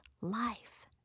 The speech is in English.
life